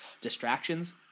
distractions